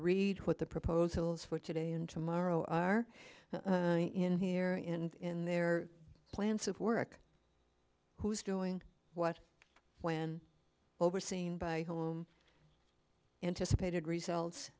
read what the proposals for today and tomorrow are in here and in their plans of work who's doing what when overseen by home anticipated results